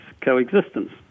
coexistence